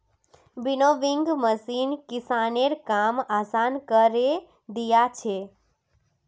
winnowing machine किसानेर काम आसान करे दिया छे